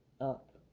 up